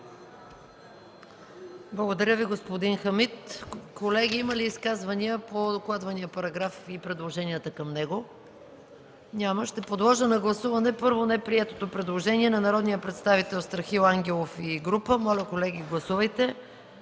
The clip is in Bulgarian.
Благодаря Ви, господин Хамид. Колеги, има ли изказвания по докладвания параграф и предложенията към него? Няма. Първо ще подложа на гласуване неприетото предложение на народния представител Страхил Ангелов и група, неподкрепено от